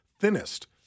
thinnest